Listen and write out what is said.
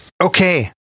Okay